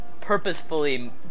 purposefully